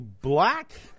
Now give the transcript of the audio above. black